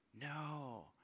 No